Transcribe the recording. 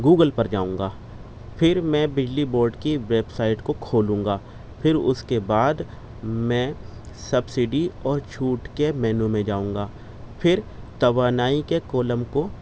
Google پر جاؤں گا پھر میں بجلی بورڈ کی ویب سائٹ کو کھولوں گا پھر اس کے بعد میں سبسڈی اور چھوٹ کے مینو میں جاؤں گا پھر توانائی کے کالم کو